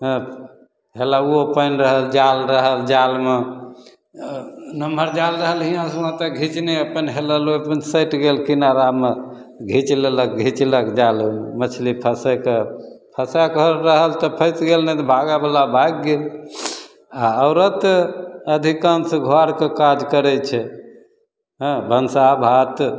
हँ हेलौओ पानि रहल जाल रहल जालमे नमहर जाल रहल हिआँसे हुआँ तक घिचने अपन हेलल ओहि सटि गेल किनारामे घीचि लेलक घिचलक जाल मछली फसैके फसैके रहल तऽ फसि गेल नहि तऽ भागैवला भागि गेल आओर औरत अधिकांश घरके काज करै छै हँ भनसा भात